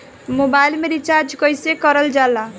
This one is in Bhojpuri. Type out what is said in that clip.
मोबाइल में रिचार्ज कइसे करल जाला?